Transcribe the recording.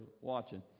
watching